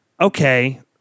okay